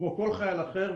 כמו כל חייל אחר,